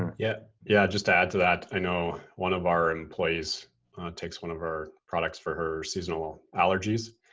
yeah. yeah, just to add to that, i know one of our employees takes one of our products for her seasonal allergies.